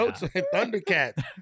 Thundercats